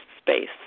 space